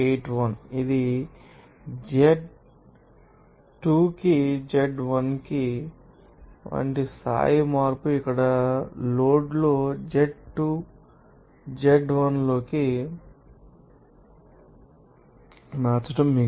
81 ఇది z2 కి z1వంటి స్థాయి మార్పును ఇక్కడ లోడ్లో z2 ను z1 లోకి మార్చడం మీకు తెలుసు